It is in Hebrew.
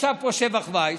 ישב פה שבח וייס,